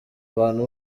abantu